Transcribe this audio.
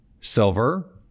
Silver